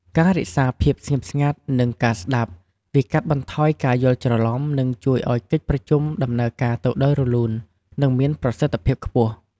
ការរក្សាភាពស្ងៀមស្ងាត់ និងការស្តាប់ វាកាត់បន្ថយការយល់ច្រឡំ និងជួយឲ្យកិច្ចប្រជុំដំណើរការទៅដោយរលូន និងមានប្រសិទ្ធិភាពខ្ពស់។